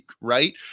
right